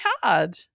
Hard